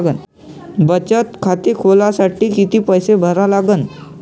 बचत खाते खोलासाठी किती पैसे भरा लागन?